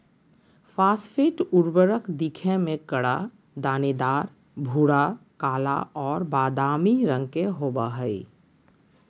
phosphate उर्वरक दिखे में कड़ा, दानेदार, भूरा, काला और बादामी रंग के होबा हइ